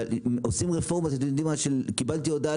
קיבלתי הודעה,